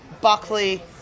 Buckley